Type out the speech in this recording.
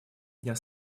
дня